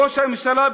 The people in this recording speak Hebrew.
ראש הממשלה,